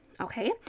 okay